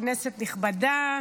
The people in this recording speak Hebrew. כנסת נכבדה,